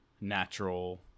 natural